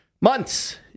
months